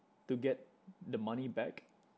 to get the money back